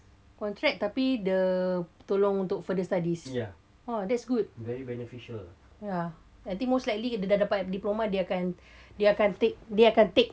contract tapi dia tolong untuk further studies oh that's good ya I think most likely dia dah dapat diploma dia akan take dia akan take